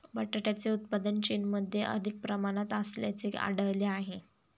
बटाट्याचे उत्पादन चीनमध्ये अधिक प्रमाणात असल्याचे आढळले आहे